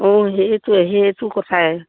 অঁ সেইটো সেইটো কথাই